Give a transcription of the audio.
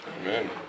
Amen